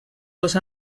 dos